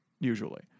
usually